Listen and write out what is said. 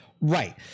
right